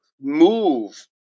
move